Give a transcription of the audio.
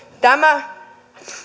tämä